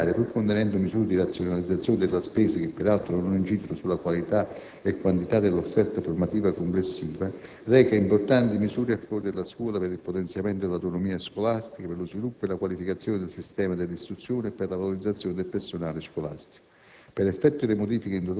cioè la finanziaria 2007, pur contenendo misure di razionalizzazione della spesa, che peraltro non incidono sulla qualità e quantità dell'offerta formativa complessiva, reca importanti misure a favore della scuola, per il potenziamento dell'autonomia scolastica, per lo sviluppo e la qualificazione del sistema dell'istruzione e per la valorizzazione del personale scolastico.